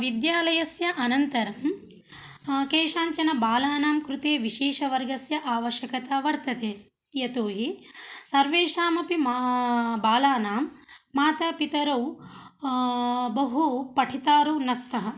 विद्यालयस्य अनन्तरं केषाञ्चन बालानां कृते विशेषवर्गस्य आवश्यकता वर्तते यतो हि सर्वेषामपि मा बालानां मातापितरौ बहु पठितारौ न स्तः